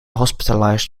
hospitalized